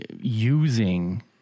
using